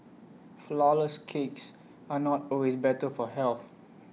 Flourless Cakes are not always better for health